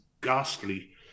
ghastly